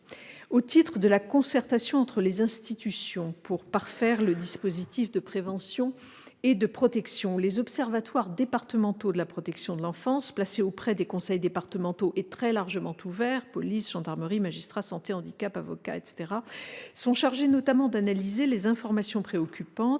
Au titre de la concertation entre les institutions pour parfaire le dispositif de prévention et de protection, les observatoires départementaux de la protection de l'enfance, placés auprès des conseils départementaux et très largement ouverts- police, gendarmerie, magistrats, santé, handicap, avocats, etc. -sont chargés notamment d'analyser les informations préoccupantes,